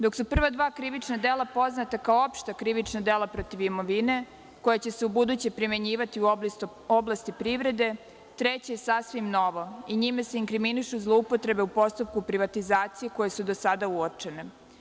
Dok su prva dva krivična dela poznata kao opšta krivična dela protiv imovine koja će se u buduće primenjivati u oblasti privrede, treće je sasvim novo i njime se inkriminišu zloupotrebe u postupku privatizacije koje su do sada uočene.